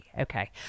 Okay